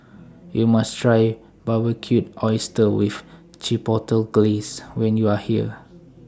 YOU must Try Barbecued Oysters with Chipotle Glaze when YOU Are here